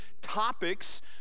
topics